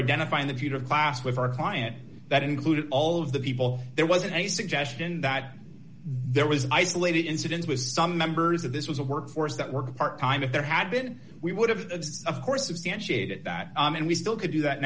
identifying the future of class with our client that included all of the people there was any suggestion that there was an isolated incident was some members of this was a workforce that worked part time if there had been we would have of course substantiated that and we still could do that